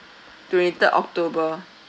twenty third october